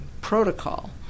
protocol